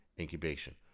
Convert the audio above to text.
incubation